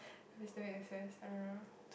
that's they way SOS I don't know